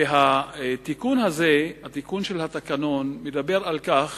ותיקון התקנון מדבר על כך